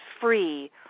free